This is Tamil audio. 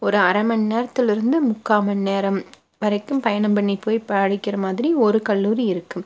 ஒரு அரை மணி நேரத்தில் இருந்து முக்கால் மணி நேரம் வரைக்கும் பயணம் பண்ணி போய் படிக்கின்ற மாதிரி ஒரு கல்லூரி இருக்குது